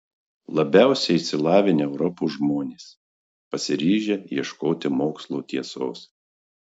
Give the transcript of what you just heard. labiausiai išsilavinę europos žmonės pasiryžę ieškoti mokslo tiesos